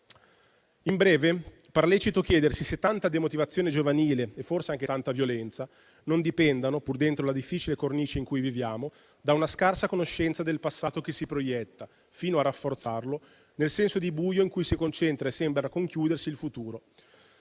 In breve, pare lecito chiedersi se tanta demotivazione giovanile e forse anche tanta violenza non dipendano, pur dentro la difficile cornice in cui viviamo, da una scarsa conoscenza del passato che si proietta fino a rafforzarlo nel senso di buio in cui si concentra e sembra concludersi il futuro.